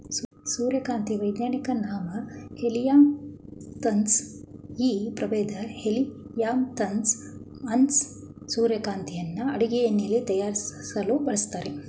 ಸೂರ್ಯಕಾಂತಿ ವೈಜ್ಞಾನಿಕ ನಾಮ ಹೆಲಿಯಾಂತಸ್ ಈ ಪ್ರಭೇದ ಹೆಲಿಯಾಂತಸ್ ಅನ್ನಸ್ ಸೂರ್ಯಕಾಂತಿನ ಅಡುಗೆ ಎಣ್ಣೆ ತಯಾರಿಸಲು ಬಳಸ್ತರೆ